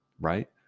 right